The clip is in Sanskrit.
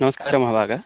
नमस्कारः महाभागाः